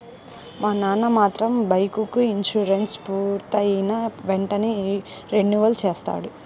మా నాన్న మాత్రం బైకుకి ఇన్సూరెన్సు పూర్తయిన వెంటనే రెన్యువల్ చేయిస్తాడు